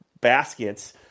baskets